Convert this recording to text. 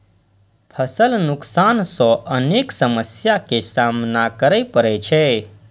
फसल नुकसान सं अनेक समस्या के सामना करै पड़ै छै